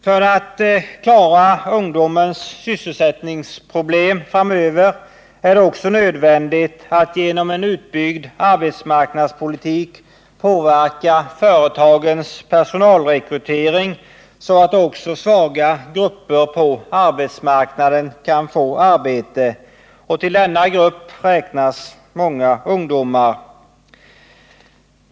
För att klara ungdomens sysselsättningsproblem framöver är det också nödvändigt att genom en utbyggd arbetsmarknadspolitik påverka företagens personalrekrytering så att också svaga grupper på arbetsmarknaden kan få arbete. Till denna grupp räknas många ungdomar.